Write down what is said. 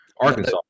Arkansas